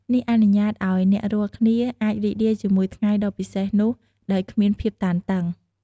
នេះអនុញ្ញាតឲ្យអ្នករាល់គ្នាអាចរីករាយជាមួយថ្ងៃដ៏ពិសេសនោះដោយគ្មានភាពតានតឹង។